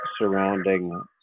surrounding